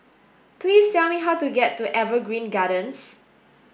please tell me how to get to Evergreen Gardens